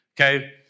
Okay